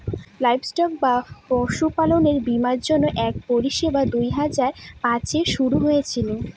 livestock বা পশুপালনের বীমার জন্য এক পরিষেবা দুই হাজার পাঁচে শুরু হয়েছিল